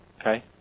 Okay